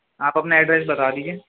آپ اپنا ایڈریس بتا دیجیے